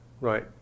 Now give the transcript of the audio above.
right